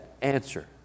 answer